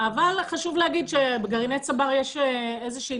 אבל חשוב להגיד שבגרעיני צבר יש איזו שהיא